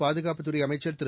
பாதுகாப்புத்துறை அமைச்சர் திரு